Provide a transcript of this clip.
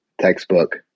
textbook